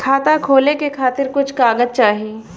खाता खोले के खातिर कुछ कागज चाही?